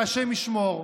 שהשם ישמור,